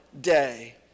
day